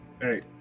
Hey